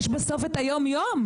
יש בסוף את היום-יום,